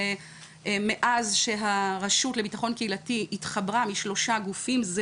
מאז שהרשות לביטחון קהילתי התחברה משלושה גופים זה